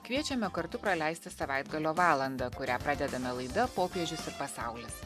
kviečiame kartu praleisti savaitgalio valandą kurią pradedame laida popiežius ir pasaulis